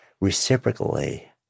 reciprocally